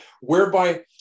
whereby